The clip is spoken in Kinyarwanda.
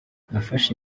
nafashe